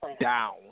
down